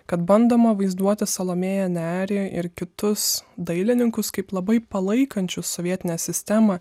kad bandoma vaizduoti salomėją nerį ir kitus dailininkus kaip labai palaikančius sovietinę sistemą